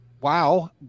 wow